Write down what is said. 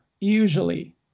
usually